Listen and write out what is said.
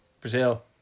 Brazil